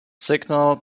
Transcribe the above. signal